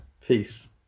Peace